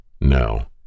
No